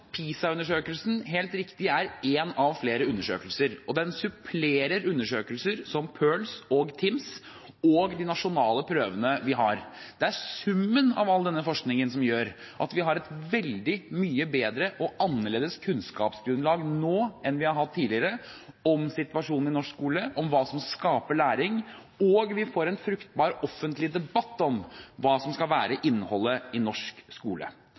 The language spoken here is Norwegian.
helt riktig én av flere undersøkelser. Den supplerer undersøkelser som PIRLS, TIMSS og de nasjonale prøvene vi har. Det er summen av all denne forskningen som gjør at vi har et veldig mye bedre og annerledes kunnskapsgrunnlag nå enn vi har hatt tidligere om situasjonen i norsk skole, om hva som skaper læring – og vi får en fruktbar offentlig debatt om hva som skal være innholdet i norsk skole.